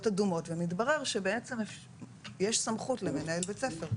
אדומות ומתברר שיש סמכות למנהל בית ספר,